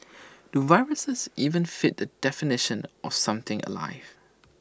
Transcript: do viruses even fit the definition of something alive